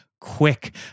quick